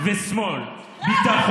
חלק